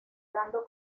dando